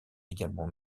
également